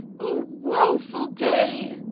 o woeful day!